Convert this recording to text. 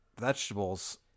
vegetables